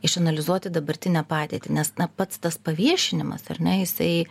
išanalizuoti dabartinę padėtį nes na pats tas paviešinimas ar ne jisai